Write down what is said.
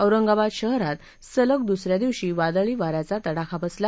औरंगाबाद शहरात सलग दुसऱ्या दिवशी वादळी वाऱ्याचा तडाखा बसला